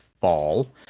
Fall